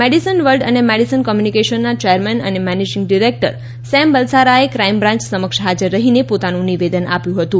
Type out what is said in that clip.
Madison world અને Madison કોમ્યુનિકેશનના chairman અને મેનેજીંગ ડિરેક્ટર સેમ બલસારાએ ક્રાઇમ બ્રાન્ચ સમક્ષ હાજર રહીને પોતાનું નિવેદન આપ્યું હતું